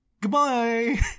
goodbye